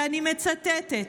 אני מצטטת: